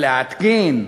או להתקין,